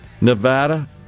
Nevada